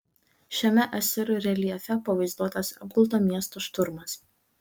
šiame asirų reljefe pavaizduotas apgulto miesto šturmas